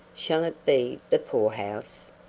shall it be the poorhouse?